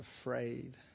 afraid